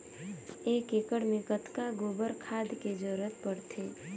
एक एकड़ मे कतका गोबर खाद के जरूरत पड़थे?